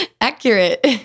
Accurate